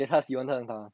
then 他喜欢他很好